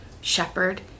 shepherd